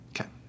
Okay